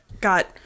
got